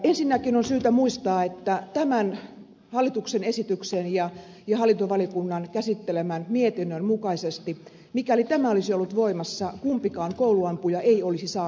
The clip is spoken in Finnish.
ensinnäkin on syytä muistaa että tämän hallituksen esityksen ja hallintovaliokunnan käsittelemän mietinnön mukaisesti mikäli tämä laki olisi ollut voimassa kumpikaan kouluampuja ei olisi saanut asettaan